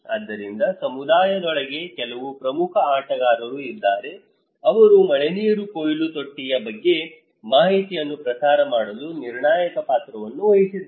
ಆದರೆ ಸಮುದಾಯದೊಳಗೆ ಕೆಲವು ಪ್ರಮುಖ ಆಟಗಾರರು ಇದ್ದಾರೆ ಅವರು ಮಳೆನೀರು ಕೊಯ್ಲು ತೊಟ್ಟಿಯ ಬಗ್ಗೆ ಮಾಹಿತಿಯನ್ನು ಪ್ರಸಾರ ಮಾಡಲು ನಿರ್ಣಾಯಕ ಪಾತ್ರವನ್ನು ವಹಿಸಿದ್ದಾರೆ